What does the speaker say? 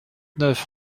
neuf